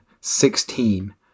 sixteen